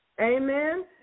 Amen